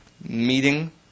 meeting